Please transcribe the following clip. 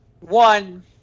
One